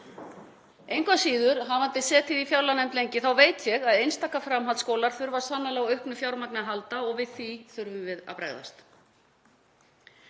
Engu að síður, hafandi setið í fjárlaganefnd lengi, veit ég að einstaka framhaldsskólar þurfa sannarlega á auknu fjármagni að halda og við því þurfum við að bregðast.